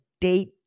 date